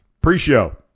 Pre-show